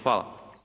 Hvala.